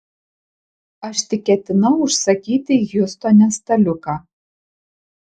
aš tik ketinau užsakyti hjustone staliuką